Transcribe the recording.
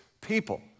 people